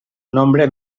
nombre